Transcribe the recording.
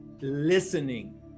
listening